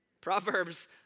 proverbs